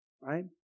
Right